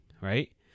right